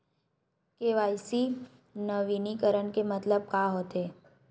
KYC नवीनीकरण के मतलब का होथे?